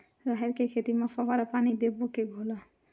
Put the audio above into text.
राहेर के खेती म फवारा पानी देबो के घोला?